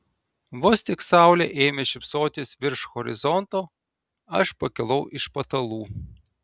vos tik saulė ėmė šypsotis virš horizonto aš pakilau iš patalų